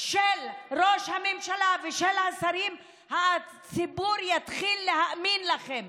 של ראש הממשלה ושל השרים הציבור יתחיל להאמין לכם,